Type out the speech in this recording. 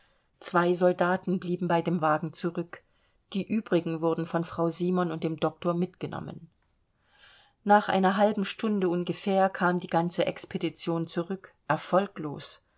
zwei soldaten blieben bei dem wagen zurück die übrigen wurden von frau simon und dem doktor mitgenommen nach einer halben stunde ungefähr kam die ganze expedition zurück erfolglos